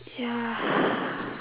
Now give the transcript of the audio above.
ya